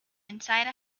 inside